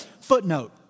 footnote